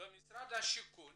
בדיון הקודם משרד השיכון